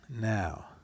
Now